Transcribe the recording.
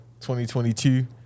2022